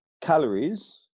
calories